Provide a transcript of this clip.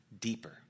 deeper